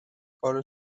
کار